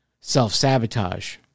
self-sabotage